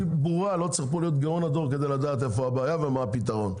לא צריך להיות פה גאון הדור כדי לדעת איפה הבעיה ומה הפתרון,